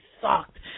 sucked